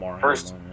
First